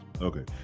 Okay